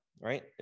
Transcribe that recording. Right